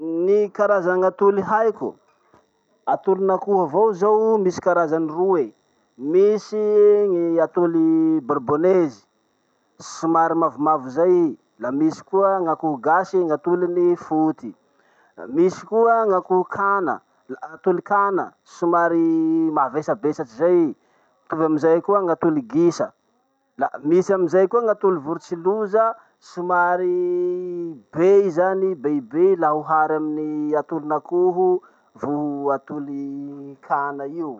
Ny karazan'atoly haiko: atolin'akoho avao zao misy karazany roe. Misy gn'atoly borbonezy, somary mavomavo zay i, la misy koa gn'akoho gasy, gn'atoliny foty. Misy koa gn'akoho kana, la- atoly kana somary mavesabesatry zay i. Mitovy amizay koa gn'atoly gisa. La misy amizay koa gn'atoly vorotsiloza somary be zany i, be be laha ohary amy atolin'akoho vo atoly kana io.